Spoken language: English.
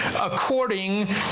according